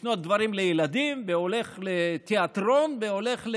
והולך לקנות דברים לילדים והולך לתיאטרון והולך,